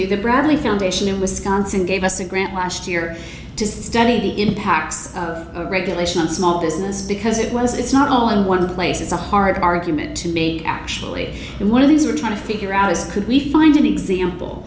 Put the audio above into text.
you that bradley foundation in wisconsin gave us a grant last year to study the impact of regulation on small business because it was it's not all in one place it's a hard argument to make actually and one of these we're trying to figure out is could we find an example